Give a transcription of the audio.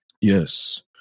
Yes